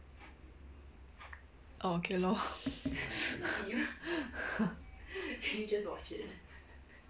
orh okay lor